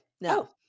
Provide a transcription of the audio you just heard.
no